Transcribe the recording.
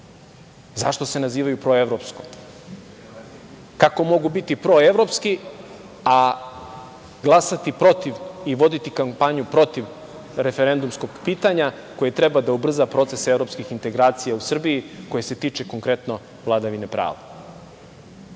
Zašto se nazivaju proevropskom? Kako mogu biti proevropski, a glasati protiv i voditi kampanju protiv referendumskog pitanja koje treba da ubrza proces evropskih integracija u Srbiji koji se tiče konkretno vladavine